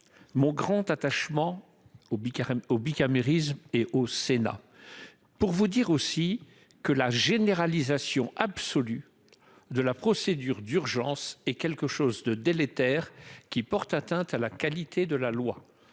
mon profond attachement au bicamérisme et au Sénat ; pour vous dire que la généralisation absolue de la procédure d’urgence est délétère et porte atteinte à la qualité de la loi